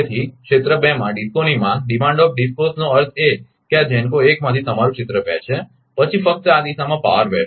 તેથી ક્ષેત્ર 2 માં ડિસ્કોની માંગનો અર્થ એ કે આ GENCO 1 માંથી તમારુ ક્ષેત્ર 2 છે પછી ફક્ત આ દિશામાં પાવર વહેશે